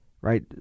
right